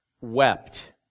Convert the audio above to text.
wept